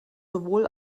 sowohl